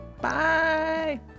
Bye